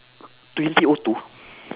twenty O two